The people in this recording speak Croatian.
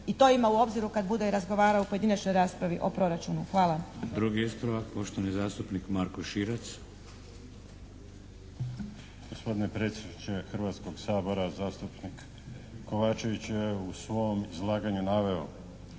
i to ima u obziru kad bude razgovarao u pojedinačnoj raspravi o proračunu. Hvala.